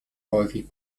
häufig